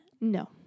No